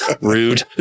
Rude